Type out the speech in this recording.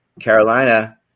Carolina